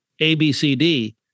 ABCD